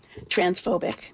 transphobic